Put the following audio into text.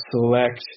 select